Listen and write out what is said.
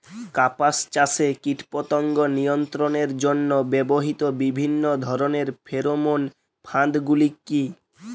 কাপাস চাষে কীটপতঙ্গ নিয়ন্ত্রণের জন্য ব্যবহৃত বিভিন্ন ধরণের ফেরোমোন ফাঁদ গুলি কী?